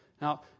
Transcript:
Now